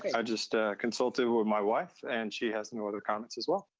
i just ah consulted with my wife, and she has no other comments as well.